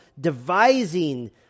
devising